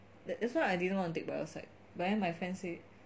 that's why I didn't want to take bio psych but then my friend say